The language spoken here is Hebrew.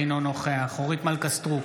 אינו נוכח אורית מלכה סטרוק,